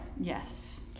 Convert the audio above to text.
Yes